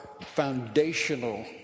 foundational